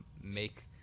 make